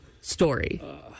story